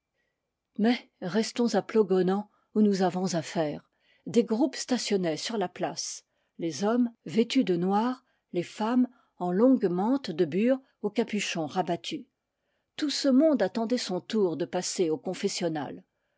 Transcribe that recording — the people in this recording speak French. mais restons à plogonan où nous avons affaire des groupes stationnaient sur la place les hommes vêtus de noir les femmes en longues mantes de bure aux capu chons rabattus tout ce monde attendait son tour de passer au confessionnal